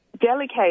delicate